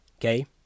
Okay